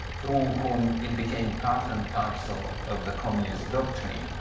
through whom it became part and parcel of the communist doctrine.